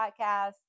Podcast